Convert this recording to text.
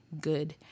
good